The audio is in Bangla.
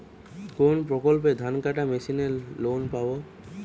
কোন প্রকল্পে ধানকাটা মেশিনের লোন পাব?